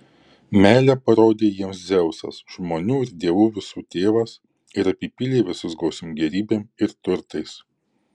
meilę parodė jiems dzeusas žmonių ir dievų visų tėvas ir apipylė visus gausiom gėrybėm ir turtais